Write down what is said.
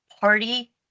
party